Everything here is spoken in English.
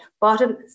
bottom